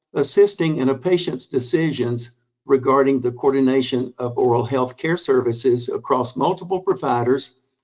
assisting in a patient's decisions regarding the coordination of oral health care services across multiple providers,